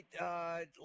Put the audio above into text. right